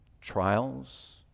trials